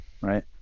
Right